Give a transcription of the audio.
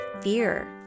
fear